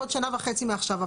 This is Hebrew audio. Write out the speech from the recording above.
עוד שנה וחצי מעכשיו,